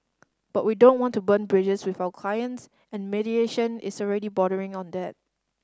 but we don't want to burn bridges with our clients and mediation is already bordering on that